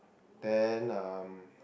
then um